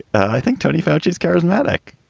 i think tony folks is charismatic.